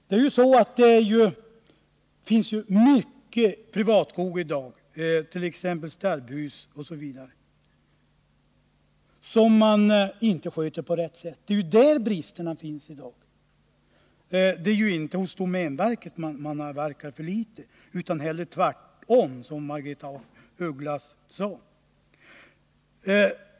Det finns mycket privat skog i dag, t.ex. inom stärbhus, som inte sköts på rätt sätt. Det är ju där bristerna finns i dag. Det är inte domänverket som avverkar för litet, utan det är snarast tvärtom, som Margaretha af Ugglas sade.